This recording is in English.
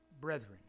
brethren